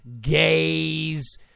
gays